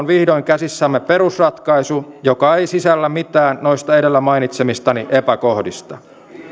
vihdoin käsissämme perusratkaisu joka ei sisällä mitään noista edellä mainitsemistani epäkohdista